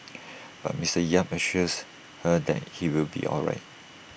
but Mister yap assures her that he will be all right